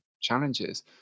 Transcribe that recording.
challenges